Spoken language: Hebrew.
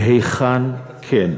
מהיכן כן?